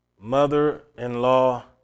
Mother-in-law